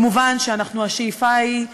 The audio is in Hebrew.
מובן שהשאיפה היא,